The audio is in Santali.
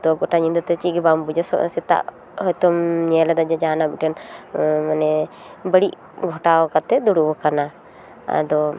ᱦᱳᱭᱛᱳ ᱜᱚᱴᱟ ᱧᱤᱫᱟᱹ ᱛᱮ ᱪᱮᱫ ᱜᱮ ᱵᱟᱢ ᱵᱩᱡᱟ ᱥᱮᱛᱟᱜ ᱦᱳᱭᱛᱳᱢ ᱧᱮᱞ ᱮᱫᱟ ᱡᱮ ᱡᱟᱦᱟᱸ ᱱᱟᱜ ᱢᱤᱫᱴᱮᱱ ᱢᱟᱱᱮ ᱵᱟᱹᱲᱤᱡ ᱜᱷᱚᱴᱟᱣ ᱠᱟᱛᱮᱫ ᱫᱩᱲᱩᱵ ᱟᱠᱟᱱᱟ ᱟᱫᱚ